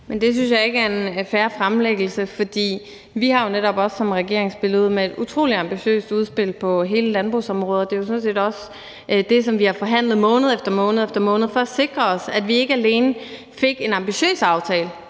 Det synes jeg ikke er en fair fremlæggelse, for vi har jo netop også som regering spillet ud med et utrolig ambitiøst udspil på hele landbrugsområdet. Det er jo sådan set også det, som vi har forhandlet om måned efter måned for at sikre os, altså at vi ikke alene fik en ambitiøs aftale